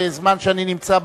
בזמן שאני נמצא,